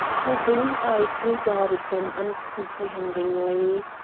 her blue eyes regarded them uncomprehendingly.